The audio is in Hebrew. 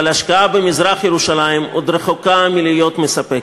אבל ההשקעה במזרח-ירושלים עוד רחוקה מלהיות מספקת.